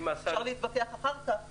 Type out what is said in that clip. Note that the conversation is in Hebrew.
אפשר להתווכח אחר כך .